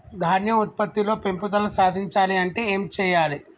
ధాన్యం ఉత్పత్తి లో పెంపుదల సాధించాలి అంటే ఏం చెయ్యాలి?